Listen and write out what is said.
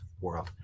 world